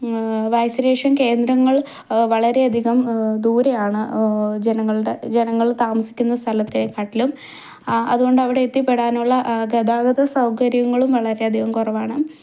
vaccination കേന്ദ്രങ്ങൾ വളരെയധികം ദൂരെയാണ് ജനങ്ങളുടെ ജനങ്ങൾ താമസിക്കുന്ന സ്ഥലത്തേക്കാട്ടിലും ആ അതുകൊണ്ട് അവിടെ എത്തിപ്പെടാനുള്ള ഗതാഗത സൗകര്യങ്ങളും വളരെയധികം കുറവാണ്